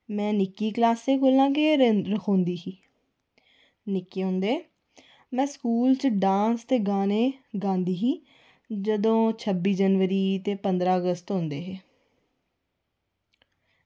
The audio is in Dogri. में निक्की क्लॉसै कोला गै रखोंदी ही निक्की होंदे में स्कूल च डांस ते गाने गांदी ही जदूं छब्बी जनवरी ते पंदरां अगस्त होंदे हे